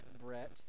Brett